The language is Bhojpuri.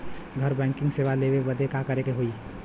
घर बैकिंग सेवा लेवे बदे का करे के होई?